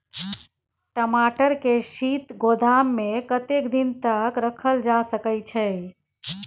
टमाटर के शीत गोदाम में कतेक दिन तक रखल जा सकय छैय?